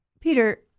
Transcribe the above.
Peter